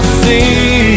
see